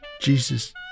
Jesus